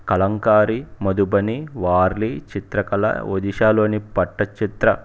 కలంకారి మధుబని వార్లి చిత్రకళ ఓడిశాలోని పట్ట చిత్ర